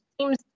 seems